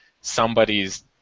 somebody's